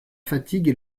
fatigue